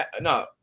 No